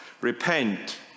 repent